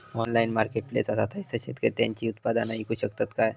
Online marketplace असा थयसर शेतकरी त्यांची उत्पादने थेट इकू शकतत काय?